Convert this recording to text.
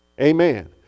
Amen